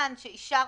כיוון שאישרתם,